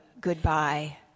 goodbye